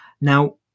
now